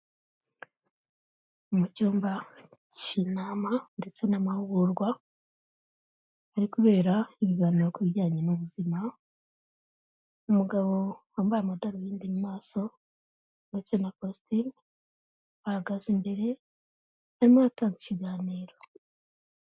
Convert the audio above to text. Ni mu cyumba k'inama ndetse n'amahugurwa, hari kubera ibiganiro ku bijyanye n'ubuzima, umugabo wambaye amadarubindi mu maso ndetse na kositime, ahagaze imbere, arimo aratanga ikiganiro.